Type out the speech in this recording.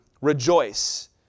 rejoice